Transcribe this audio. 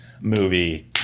movie